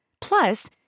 Plus